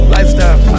Lifestyle